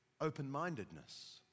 open-mindedness